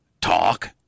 talk